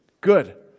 Good